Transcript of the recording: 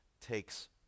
takes